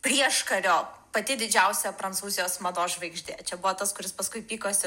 prieškario pati didžiausia prancūzijos mados žvaigždė čia buvo tas kuris paskui pykosi